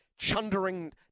chundering